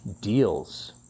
deals